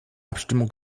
abstimmung